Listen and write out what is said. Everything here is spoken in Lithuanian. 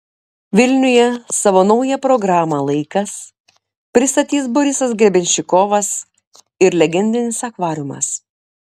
vilniuje savo naują programą laikas pristatys borisas grebenščikovas ir legendinis akvariumas